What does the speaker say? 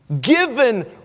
given